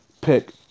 pick